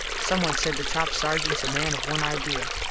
someone said the top sargents a man of one idea.